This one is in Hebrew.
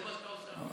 זה מה שאתה עושה עכשיו.